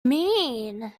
mean